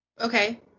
Okay